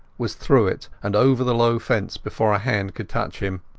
was through it, and over the low fence before a hand could touch him.